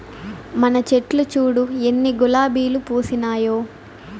మన చెట్లు చూడు ఎన్ని గులాబీలు పూసినాయో